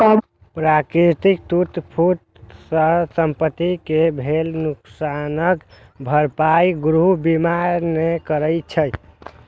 प्राकृतिक टूट फूट सं संपत्ति कें भेल नुकसानक भरपाई गृह बीमा नै करै छै